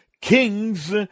kings